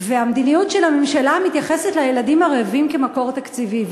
והמדיניות של הממשלה מתייחסת לילדים הרעבים כמקור תקציבי.